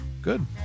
Good